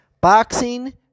Boxing